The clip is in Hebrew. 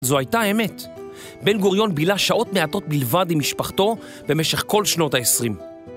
זו הייתה אמת, בן גוריון בילה שעות מעטות בלבד עם משפחתו במשך כל שנות ה-20.